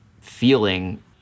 feeling